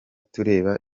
tureba